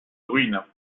ruines